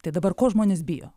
tai dabar ko žmonės bijo